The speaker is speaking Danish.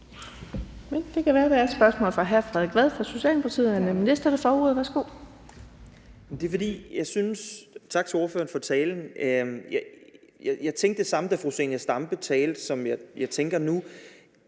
Det kan være, at der er et spørgsmål fra hr. Frederik Vad, Socialdemokratiet. Han er nemlig den næste, der får ordet. Værsgo. Kl. 11:27 Frederik Vad (S): Tak til ordføreren for talen. Jeg tænkte det samme, da fru Zenia Stampe talte, som jeg tænker nu: